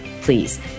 Please